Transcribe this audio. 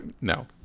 no